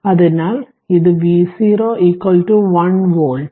അതിനാൽ ഇത് V0 1 volt